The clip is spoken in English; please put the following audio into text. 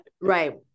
right